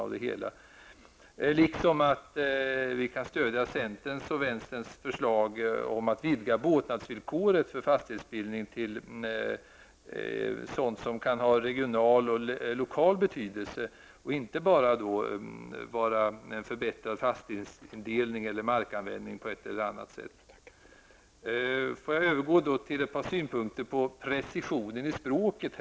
Vi kan även stödja centerns och vänsterns förslag om att vidga båtnadsvillkoret för fastighetsbildning till sådant som kan ha regional och lokal betydelse och inte bara är en förbättring av fastighetsindelningen eller markanvändningen på ett eller annat sätt. Låt mig sedan övergå till ett par synpunkter på precisionen i språket.